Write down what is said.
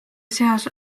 seas